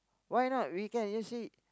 why not we can just see